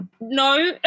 No